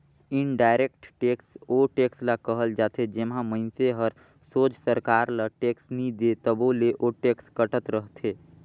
indirect tax ओ tax ल कहल जाथे जेम्हां मइनसे हर सोझ सरकार ल टेक्स नी दे तबो ले ओ टेक्स कटत रहथे